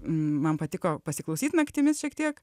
man patiko pasiklausyt naktimis šiek tiek